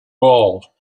all